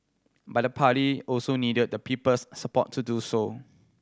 but the party also needed the people's support to do so